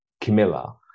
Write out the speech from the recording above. Camilla